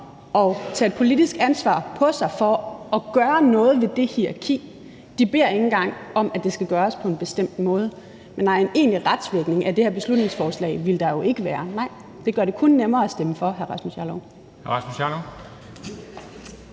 at tage et politisk ansvar på sig for at gøre noget ved det hierarki. De beder ikke engang om, at det skal gøres på en bestemt måde. Men nej, en egentlig retsvirkning af det her beslutningsforslag ville der jo ikke være. Nej, det gør det kun nemmere at stemme for, vil jeg sige